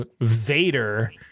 Vader